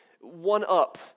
one-up